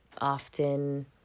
often